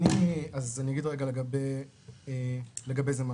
אני אגיד לגבי זה משהו.